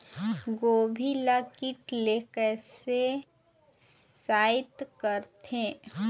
गोभी ल कीट ले कैसे सइत करथे?